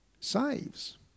saves